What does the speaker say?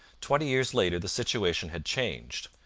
twenty years later the situation had changed.